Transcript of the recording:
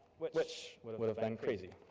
which would would have been crazy.